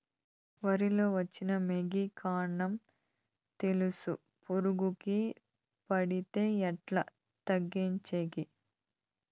వరి లో వచ్చిన మొగి, కాండం తెలుసు పురుగుకు పడితే ఎట్లా తగ్గించేకి?